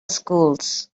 schools